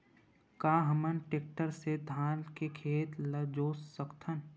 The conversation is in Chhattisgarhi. का हमन टेक्टर से धान के खेत ल जोत सकथन?